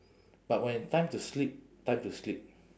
but when it time to sleep time to sleep